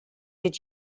did